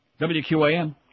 WQAM